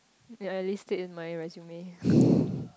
yea at least state in my resume